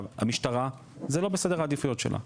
המשטרה, זה לא בסדר העדיפויות שלה.